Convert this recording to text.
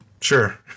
sure